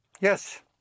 Yes